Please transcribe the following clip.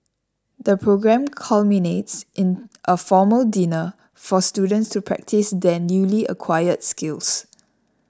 the programme culminates in a formal dinner for students to practise their newly acquired skills